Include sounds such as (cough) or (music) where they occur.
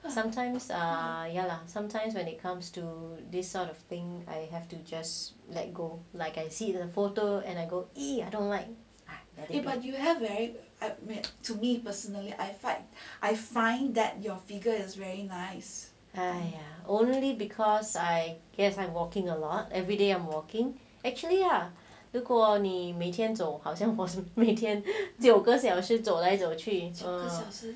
but sometimes ah ya lah sometimes when it comes to this sort of thing I have to just let go like I see the photo and I go (noise) I don't like it !aiya! only because I guess I'm walking a lot everyday I'm walking actually ah 如果你每天走好像每天九个小时走来走去小时